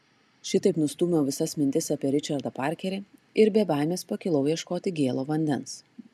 šitaip nustūmiau visas mintis apie ričardą parkerį ir be baimės pakilau ieškoti gėlo vandens